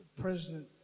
President